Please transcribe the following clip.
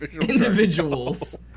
individuals